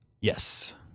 Yes